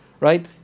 right